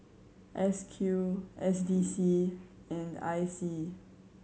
S Q S D C and I C